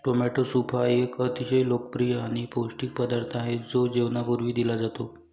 tomato soup हा एक अतिशय लोकप्रिय आणि पौष्टिक पदार्थ आहे जो जेवणापूर्वी दिला जातो